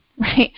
right